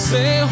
Say